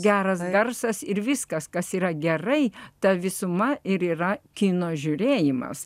geras garsas ir viskas kas yra gerai ta visuma ir yra kino žiūrėjimas